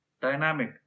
dynamic